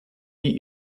die